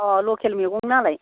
अ लकेल मैगं नालाय